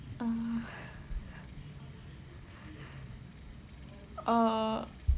uh err